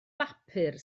bapur